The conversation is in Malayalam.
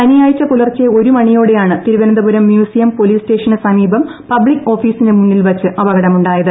ശനിയാഴ്ച പുലർച്ചെ ഒരു മണിയോടെയാണ് തിരുവനന്തപുരം മ്യൂസിയം പോലീസ് സ്റ്റേഷന് സമീപം പബ്ലിക് ഓഫീസിന് മുന്നിൽ വച്ച് അപകടമുണ്ടായത്